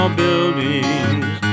buildings